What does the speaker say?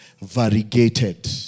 variegated